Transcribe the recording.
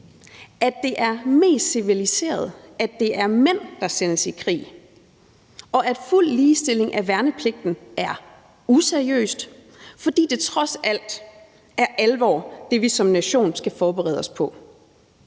at det er mest civiliseret, at det er mænd, der sendes i krig, og at fuld ligestilling af værnepligten er useriøst, fordi det, vi som nation skal forberede os på,